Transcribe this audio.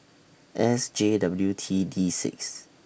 S J W T D six